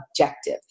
objective